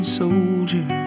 soldier